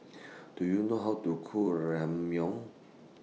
Do YOU know How to Cook Ramyeon